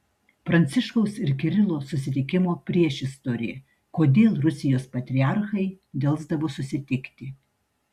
pranciškaus ir kirilo susitikimo priešistorė kodėl rusijos patriarchai delsdavo susitikti